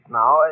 now